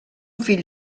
fill